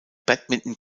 badminton